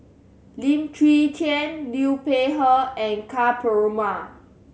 Lim Chwee Chian Liu Peihe and Ka Perumal